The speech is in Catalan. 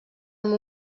amb